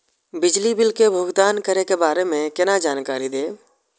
बिजली बिल के भुगतान करै के बारे में केना जानकारी देब?